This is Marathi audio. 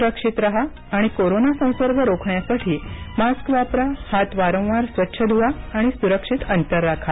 सुक्षित राहा आणि कोरोना संसर्ग रोखण्यासाठी मास्क वापरा हात वारंवार स्वच्छ धुवा आणि सुरक्षित अंतर राखा